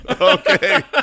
okay